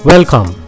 Welcome